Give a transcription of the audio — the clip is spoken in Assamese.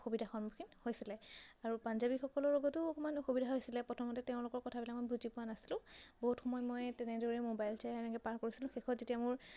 অসুবিধাৰ সন্মুখীন হৈছিলে আৰু পাঞ্জাৱীসকলৰ লগতো অকণমান অসুবিধা হৈছিলে প্ৰথমতে তেওঁলোকৰ কথাবিলাক মই বুজি পোৱা নাছিলোঁ বহুত সময় মই তেনেদৰে মোবাইল চাই এনেকৈ পাৰ কৰিছিলোঁ শেষত যেতিয়া মোৰ